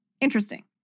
Interesting